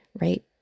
right